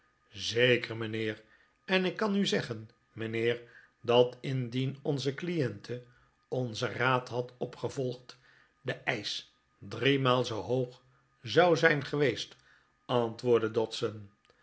zeker mijnheer en ik kan u zeggen mijnheer dat indien onze cliente onzen raad had opgevolgd de eisch driemaal zoo hoog zou zijn geweest antwoordde dodson